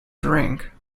drink